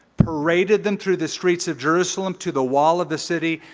paraded them through the streets of jerusalem to the wall of the city.